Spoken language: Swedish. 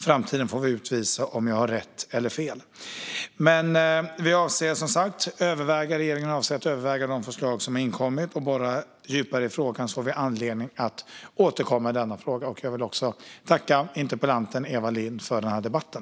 Framtiden får utvisa om jag har rätt eller fel. Som sagt avser jag och regeringen att överväga de förslag som har inkommit och borra djupare i denna fråga, som vi får anledning att återkomma till. Jag tackar interpellanten Eva Lindh för debatten.